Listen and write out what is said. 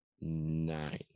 nine